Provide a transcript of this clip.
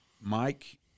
Mike